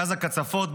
גז הקצפות,